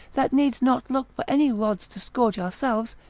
that needs not look for any rods to scourge ourselves,